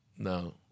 No